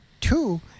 two